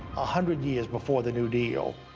a hundred years before the new deal,